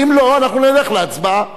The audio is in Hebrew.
ואם לא, אנחנו נלך להצבעה.